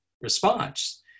response